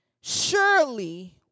surely